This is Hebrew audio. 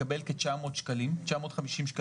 מקבל כ-950 שקלים,